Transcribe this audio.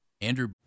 Andrew